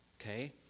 okay